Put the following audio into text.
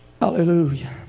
Hallelujah